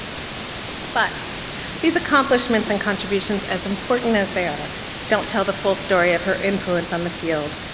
but these accomplishments and contributions as important as they are don't tell the full story of her influence on the field.